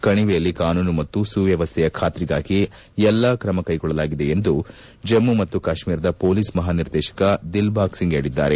ಕಣಿವೆಯಲ್ಲಿ ಕಾನೂನು ಮತ್ತು ಸುವ್ಧವಸ್ಥೆಯ ಖಾತ್ರಿಗಾಗಿ ಎಲ್ಲ ತ್ರಮ ಕೈಗೊಳ್ಳಲಾಗಿದೆ ಎಂದು ಜಮ್ಮ ಮತ್ತು ಕಾಶ್ಮೀರದ ಪೊಲೀಸ್ ಮಹಾ ನರ್ದೇಶಕ ದಿಲ್ ಬಾಗ್ ಸಿಂಗ್ ತಿಳಿಸಿದ್ದಾರೆ